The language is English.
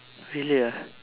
really ah